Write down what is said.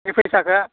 बे फैसाखौ